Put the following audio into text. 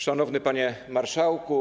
Szanowny Panie Marszałku!